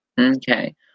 Okay